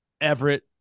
Everett